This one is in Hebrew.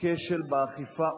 כשל באכיפה,